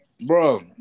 Bro